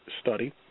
study